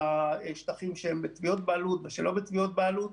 בשטחים שהם בתביעות בעלות ושלא בתביעות בעלות,